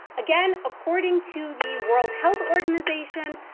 again according to the world health organization,